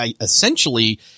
essentially